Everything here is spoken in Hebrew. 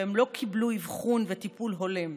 והן לא קיבלו אבחון וטיפול הולם.